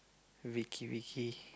Vicky Vicky